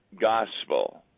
gospel